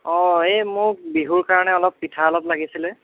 অঁ এই মোক বিহুৰ কাৰণে অলপ পিঠা অলপ লাগিছিলে